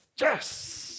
Yes